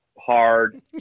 hard